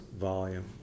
volume